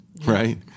Right